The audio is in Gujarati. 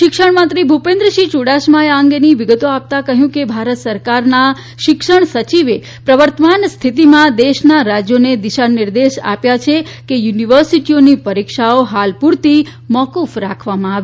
શિક્ષણમંત્રી ભૂપેન્દ્રસિંહ યુડાસમાએ આ અંગેની વિગતો આપતાં કહ્યું કે ભારત સરકારના શિક્ષણ સચિવે પ્રવર્તમાન સ્થિતીમાં દેશના રાજ્યોને દિશાનિર્દેશ આપ્યા છે કે યુનિવર્સિટીઓની પરિક્ષાઓ હાલ પૂરતી મોકૂફ રાખવામાં આવે